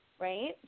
Right